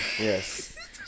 yes